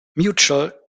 mutual